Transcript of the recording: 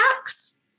tax